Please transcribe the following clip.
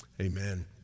amen